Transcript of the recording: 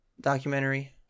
documentary